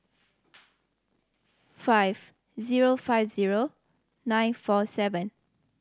five zero five zero nine four seven